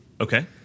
Okay